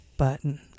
button